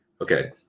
Okay